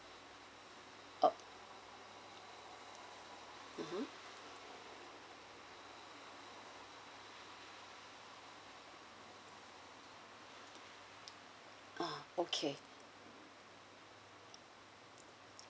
oh mmhmm ah okay